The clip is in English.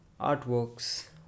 artworks